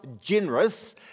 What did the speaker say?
generous